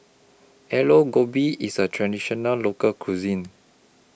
Aloo Gobi IS A Traditional Local Cuisine